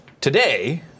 today